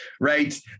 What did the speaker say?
right